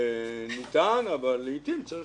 אני צריך